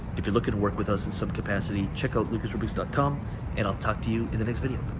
if you're looking to work with us in some capacity, check out lucasrubix dot com and i'll talk to you in the next video.